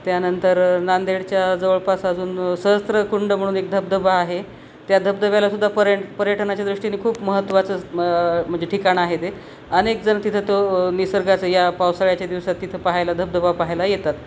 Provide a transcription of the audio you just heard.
त्यानंतर नांदेडच्या जवळपास अजून सहस्त्रकुंड म्हणून एक धबधबा आहे त्या धबधब्यालासुद्धा पर्यट पर्यटनाच्या दृष्टीनी खूप महत्त्वाचं म्हणजे ठिकाण आहे ते अनेकजण तिथं तो निसर्गाचं या पावसाळ्याच्या दिवसात तिथं पाहायला धबधबा पाहायला येतात